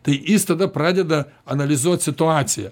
tai jis tada pradeda analizuot situaciją